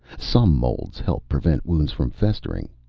some molds help prevent wounds from festering.